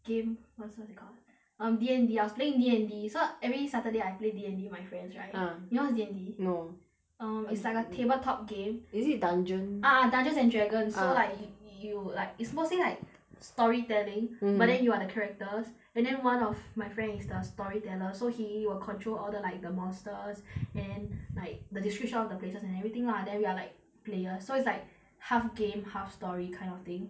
game what's what's it called um D and D I was playing D and D so every saturday I play D and D with my friends right ah you know what's D and D no um it's like a table top game is it dungeon ah ah dungeons and dragons so like y~ you like it's mostly like story telling but then you are the characters and then one of my friend is the story teller so he will control all the like the monsters and then like the descriptions of the places and everything lah then we're like players so it's like half game half story kind of thing